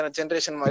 generation